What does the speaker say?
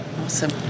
awesome